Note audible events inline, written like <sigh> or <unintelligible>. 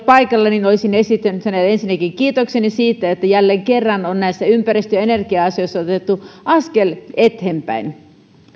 <unintelligible> paikalla niin olisin esittänyt hänelle ensinnäkin kiitoksen siitä että jälleen kerran on näissä ympäristö ja energia asioissa otettu askel eteenpäin